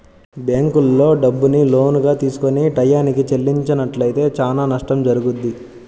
బ్యేంకుల్లో డబ్బుని లోనుగా తీసుకొని టైయ్యానికి చెల్లించనట్లయితే చానా నష్టం జరుగుద్ది